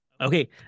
Okay